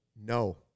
No